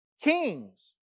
kings